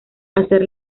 hacer